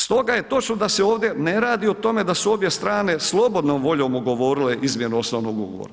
Stoga je točno da se ovdje ne radi o tome da su obje strane slobodnom voljom ugovorile izmjenu osnovnog ugovora.